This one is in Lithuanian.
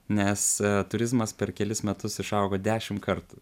nes turizmas per kelis metus išaugo dešim kartų